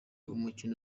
umukino